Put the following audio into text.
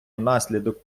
внаслідок